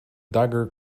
dagger